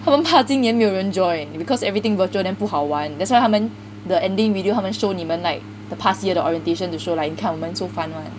他们怕今年没有人 join because everything virtual then 不好玩 that's why 他们 the ending video 他们 show 你们 like the past year 的 orientation to show like 你看我们 so fun [one]